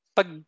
Pag